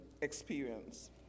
experience